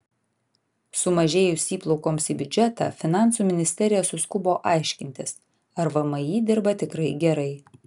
sumažėjus įplaukoms į biudžetą finansų ministerija suskubo aiškintis ar vmi dirba tikrai gerai